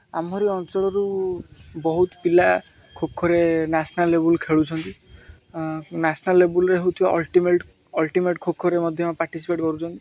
ଆମରି ଅଞ୍ଚଳରୁ ବହୁତ ପିଲା ଖୋଖୋରେ ନାସ୍ନାଲ୍ ଲେବୁଲ୍ ଖେଳୁଛନ୍ତି ନ୍ୟାସ୍ନାଲ୍ ଲେବୁଲ୍ରେ ହେଉଥିବା ଅଲ୍ଟିମେଟ୍ ଅଲ୍ଟିମେଟ୍ ଖୋଖୋରେ ମଧ୍ୟ ପାର୍ଟିସିପେଟ୍ କରୁଛନ୍ତି